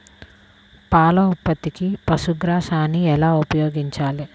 పాల ఉత్పత్తికి పశుగ్రాసాన్ని ఎలా ఉపయోగించాలి?